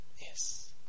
Yes